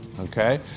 okay